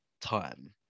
time